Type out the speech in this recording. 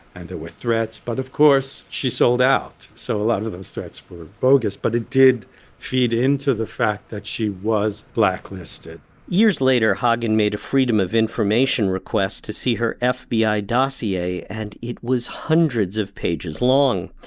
and there were threats. but of course she sold out. so a lot of of those threats were bogus but it did feed into the fact that she was blacklisted years later hagen made a freedom of information request to see her ah fbi dossier. and it was hundreds of pages long.